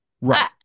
Right